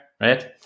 right